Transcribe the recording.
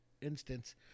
instance